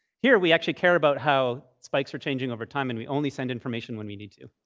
here we actually care about how spikes are changing over time, and we only send information when we need to.